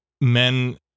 men